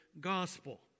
gospel